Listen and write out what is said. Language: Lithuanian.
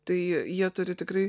tai jie turi tikrai